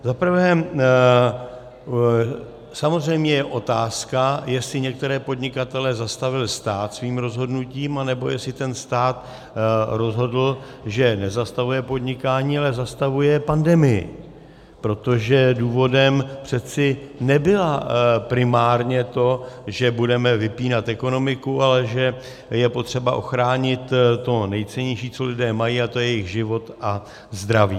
Za prvé, samozřejmě je otázka, jestli některé podnikatele zastavil stát svým rozhodnutím, nebo jestli ten stát rozhodl, že nezastavuje podnikání, ale zastavuje pandemii, protože důvodem přece nebylo primárně to, že budeme vypínat ekonomiku, ale že je potřeba ochránit to nejcennější, co lidé mají, a to je jejich život a zdraví.